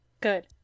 Good